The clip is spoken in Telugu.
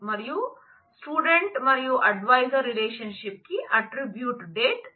మరియు స్టూడెంట్ మరియు అడ్వైసర్ రిలేషన్షిప్ కి అట్ట్రిబ్యూట్ డేట్ ఉంది